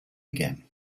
again